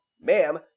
ma'am